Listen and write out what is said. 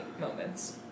moments